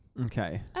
Okay